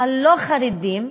הלא-חרדיים.